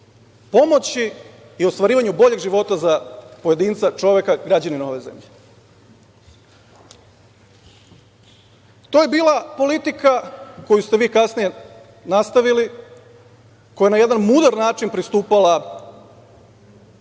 pomoći i ostvarivanju boljeg života za pojedinca, čoveka, građanina ove zemlje. To je bila politika koju ste vi kasnije nastavili, koja je na jedan mudar način pristupala